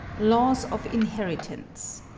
laws of inheritance.